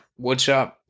woodshop